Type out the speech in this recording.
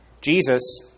Jesus